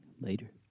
later